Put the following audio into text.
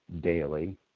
daily